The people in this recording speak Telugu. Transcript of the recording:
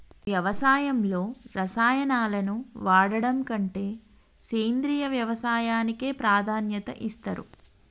వ్యవసాయంలో రసాయనాలను వాడడం కంటే సేంద్రియ వ్యవసాయానికే ప్రాధాన్యత ఇస్తరు